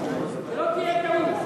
שלא תהיה טעות.